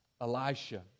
Elisha